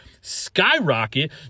skyrocket